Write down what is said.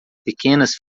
pequenas